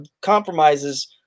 compromises